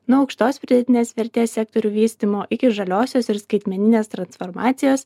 nuo aukštos pridėtinės vertės sektorių vystymo iki žaliosios ir skaitmeninės transformacijos